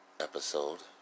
episode